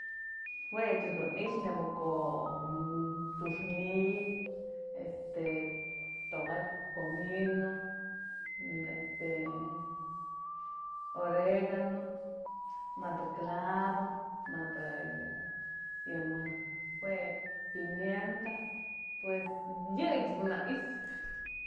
Jue chedun i'ixë nebyë ko'o tsu'ux ni'iy, este tokadtyë comino, este oregano, madë clavo, madë yë, yë mëjk jue pimienta, pues yëyëch dun na i'ixë.